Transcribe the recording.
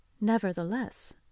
Nevertheless